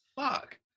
Fuck